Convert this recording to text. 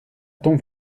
ton